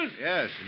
Yes